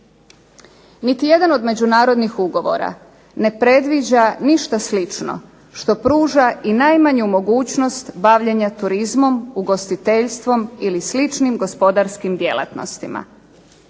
Niti jedan od međunarodnih ugovora ne predviđa ništa slično što pruža i najmanju mogućnost bavljenja turizmom, ugostiteljstvom ili sličnim gospodarskim djelatnostima.